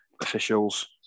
officials